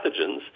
pathogens